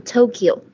Tokyo